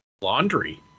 Laundry